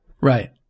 Right